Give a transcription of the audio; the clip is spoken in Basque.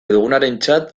dugunarentzat